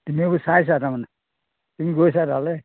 তুমি এইবোৰ চাইছা তাৰমানে তুমি গৈছা তালৈ